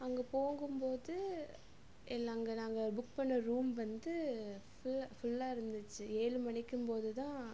அங்கே போகும் போது இல்லை அங்கே நாங்கள் புக் பண்ணிண ரூம் வந்து ஃபுல் ஃபுல்லாக இருந்துச்சு ஏழு மணிக்கும் போது தான்